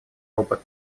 опыт